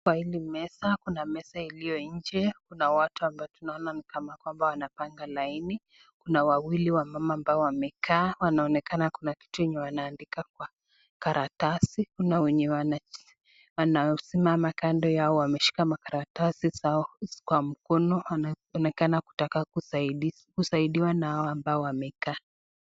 Kwa hili meza, kuna meza ilio nje, kuna watua mbao tunaona kana kwamba wanapanga laini, kuna wawili ambao wamekaa, wanoonekana kuna kitu yenye wanaandika kwa karatasi, kuna wenye wanaosimama kando yao wameshika makaratasi zao kwa mkono, wanaonekana kutaka kusaidiwa na ambao wamekaa.